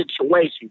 situation